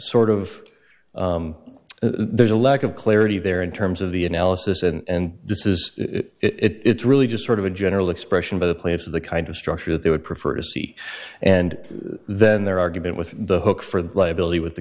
sort of there's a lack of clarity there in terms of the analysis and this is it's really just sort of a general expression of the play of the kind of structure that they would prefer to see and then their argument with the hook for the liability with the